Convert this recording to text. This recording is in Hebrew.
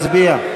נא להצביע.